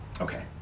Okay